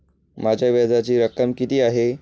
माझ्या व्याजाची रक्कम किती आहे?